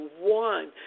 one